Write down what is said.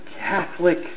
Catholic